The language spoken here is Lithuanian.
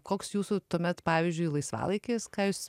koks jūsų tuomet pavyzdžiui laisvalaikis ką jūs